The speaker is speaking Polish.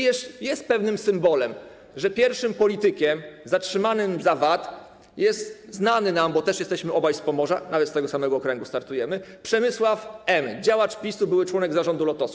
I jest pewnym symbolem, że pierwszym politykiem zatrzymanym za VAT jest, znany nam, bo też jesteśmy obaj z Pomorza, nawet z tego samego okręgu startujemy, Przemysław M., działacz PiS-u, były członek zarządu Lotosu.